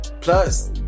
Plus